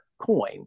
Coin